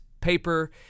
paper